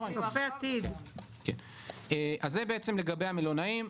אז זה בעצם לגבי המלונאים.